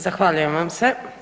Zahvaljujem vam se.